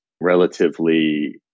relatively